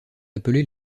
appelés